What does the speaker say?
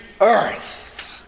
earth